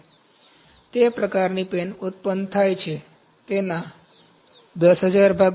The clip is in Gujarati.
તેથી તે પ્રકારની પેન ઉત્પન્ન થાય છે તેના 10000 ભાગો